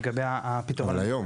לגבי --- אבל היום.